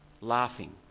laughing